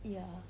ya